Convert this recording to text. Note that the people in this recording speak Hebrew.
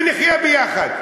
ונחיה יחד.